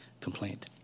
complaint